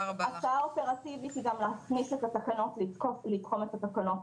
הצעה אופרטיבית היא גם לתחום את התקנות